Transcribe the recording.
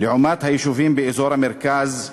לעומת היישובים באזור המרכז,